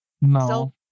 No